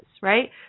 right